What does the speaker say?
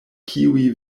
kiuj